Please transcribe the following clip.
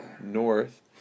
north